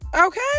Okay